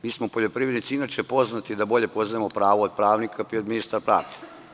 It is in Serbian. Mi smo poljoprivrednici inače poznati da bolje poznajemo pravo od pravnika, pa i od ministra pravde.